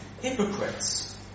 hypocrites